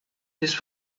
this